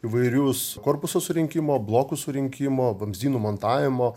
įvairius korpuso surinkimo blokų surinkimo vamzdynų montavimo